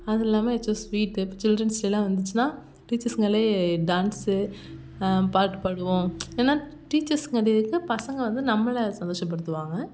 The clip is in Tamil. அதுல்லாமல் ஏதாச்சும் ஸ்வீட்டு இப்போ சில்ட்ரன்ஸ் டேயெலாம் வந்துச்சின்னால் டீச்சர்ஸுங்களே டான்ஸு பாட்டு பாடுவோம் ஏன்னா டீச்சர்ஸுங்கள் டேவுக்கு பசங்கள் வந்து நம்மளை சந்தோஷப்படுத்துவாங்க